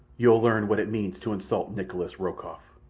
you'll learn what it means to insult nikolas rokoff.